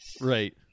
right